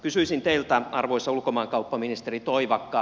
kysyisin teiltä arvoisa ulkomaankauppaministeri toivakka